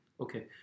Okay